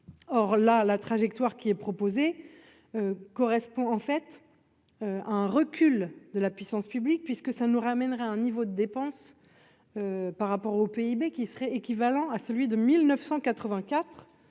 la la trajectoire qui est proposé correspond en fait à un recul de la puissance publique puisque ça nous ramènera à un niveau de dépenses par rapport au PIB qui serait équivalent à celui de 1984